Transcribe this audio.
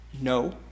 No